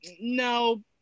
no